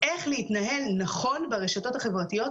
איך להתנהל נכון ברשתות החברתיות,